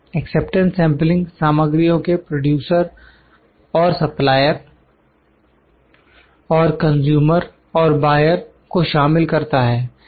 acceptance sampling सामग्रियों के producer और सप्लायर producer और कंस्यूमर और बायर consumer को शामिल करता है